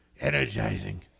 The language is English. energizing